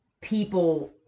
people